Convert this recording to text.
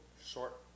short